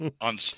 on